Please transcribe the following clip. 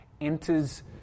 enters